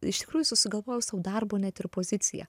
iš tikrųjų susigalvojau sau darbo net ir poziciją